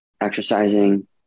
exercising